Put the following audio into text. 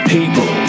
People